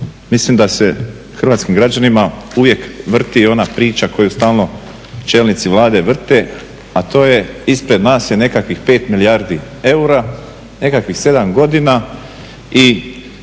mislim da se hrvatskim građanima uvijek vrti ona priča koju stalno čelnici Vlade vrte, a to je ispred nas je nekakvih pet milijardi eura, nekakvih sedam godina i